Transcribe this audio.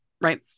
Right